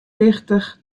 wichtich